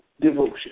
devotion